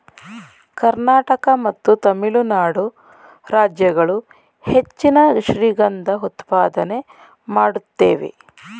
ಕರ್ನಾಟಕ ಮತ್ತು ತಮಿಳುನಾಡು ರಾಜ್ಯಗಳು ಹೆಚ್ಚಿನ ಶ್ರೀಗಂಧ ಉತ್ಪಾದನೆ ಮಾಡುತ್ತೇವೆ